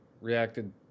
reacted